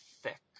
thick